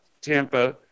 Tampa